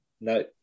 No